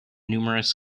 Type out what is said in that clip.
numerous